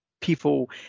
people